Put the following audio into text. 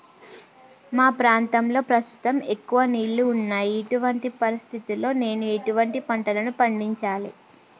మా ప్రాంతంలో ప్రస్తుతం ఎక్కువ నీళ్లు ఉన్నాయి, ఇటువంటి పరిస్థితిలో నేను ఎటువంటి పంటలను పండించాలే?